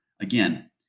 Again